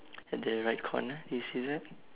at the right corner you see that